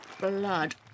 blood